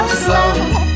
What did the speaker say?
slow